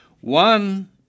one